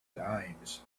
dimes